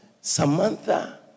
Samantha